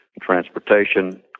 transportation